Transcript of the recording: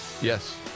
Yes